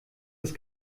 ist